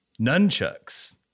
nunchucks